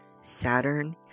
Saturn